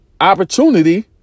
opportunity